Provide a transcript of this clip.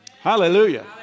Hallelujah